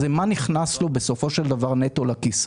זה מה נכנס לו בסופו של דבר נטו לכיס.